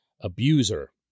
abuser